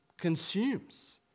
consumes